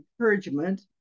encouragement